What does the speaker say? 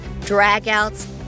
dragouts